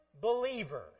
believer